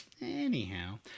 Anyhow